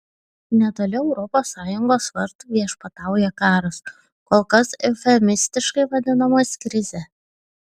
netoli europos sąjungos vartų viešpatauja karas kol kas eufemistiškai vadinamas krize